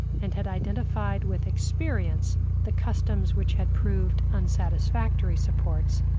and had identified with experience the customs which had proved unsatisfactory supports,